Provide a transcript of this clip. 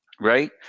right